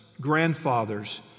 grandfathers